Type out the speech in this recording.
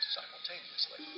simultaneously